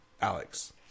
Alex